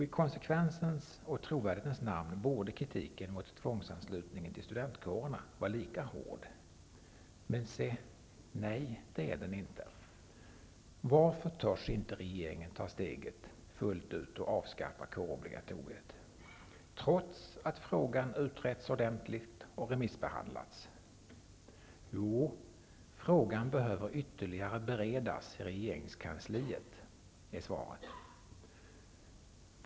I konsekvensens och trovärdighetens namn borde kritiken mot tvångsanslutningen till studentkårerna vara lika hård, men det är den inte. Varför törs inte regeringen ta steget fullt ut och avskaffa kårobligatoriet, trots att frågan utretts ordentligt och remissbehandlats? Frågan behöver beredas ytterligare på regeringskansliet, är svaret.